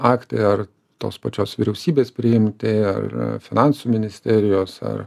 aktai ar tos pačios vyriausybės priimti ar finansų ministerijos ar